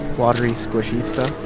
watery, squishy stuff?